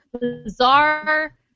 bizarre